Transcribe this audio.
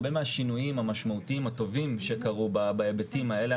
הרבה מהשינויים המשמעותיים הטובים שקרו בהיבטים האלה,